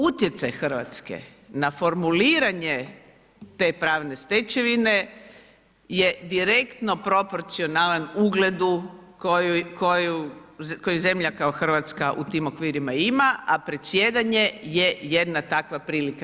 Utjecaj Hrvatske na formuliranje te pravne stečevine je direktno proporcionalan ugledu koji zemlja kao Hrvatska u tim okvirima ima, a predsjedanje je jedna takva prilika.